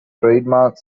trademark